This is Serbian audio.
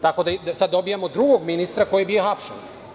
Tako da sad dobijamo drugog ministra koji je bio hapšen.